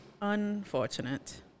Unfortunate